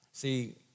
See